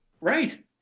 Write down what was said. Right